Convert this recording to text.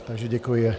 Takže děkuji.